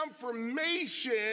confirmation